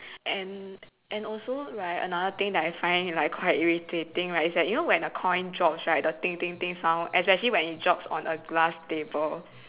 and also right another thing that I find like quite irritating right is that when you know coin drops right the sound especially when it drops on a glass table